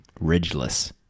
Ridgeless